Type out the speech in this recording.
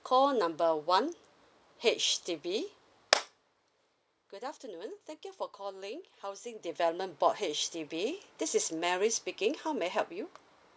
call number one H_D_B good afternoon thank you for calling housing development board H_D_B this is mary speaking how may I help you